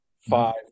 five